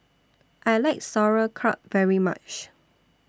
I like Sauerkraut very much